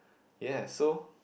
ya so